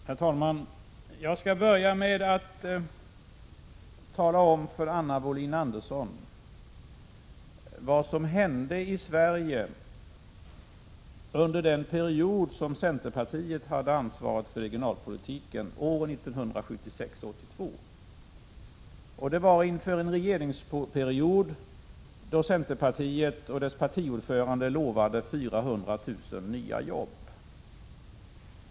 Herr talman! Jag skall börja med att tala om för Anna Wohlin-Andersson vad som hände i Sverige under den period då centerpartiet hade ansvaret för regionalpolitiken, åren 1976-1982. Det var inför denna regeringsperiod som centerpartiet och dess partiordförande lovade 400 000 nya jobb.